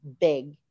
big